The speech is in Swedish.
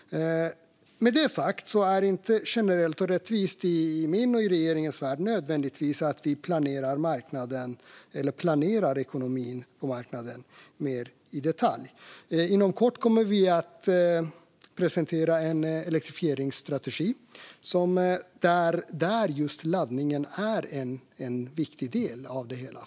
Med det sagt är det inte "generellt och rättvist" i min och regeringens värld att vi nödvändigtvis planerar ekonomin och marknaden mer i detalj. Inom kort kommer vi att presentera en elektrifieringsstrategi där just laddningen är en viktig del av det hela.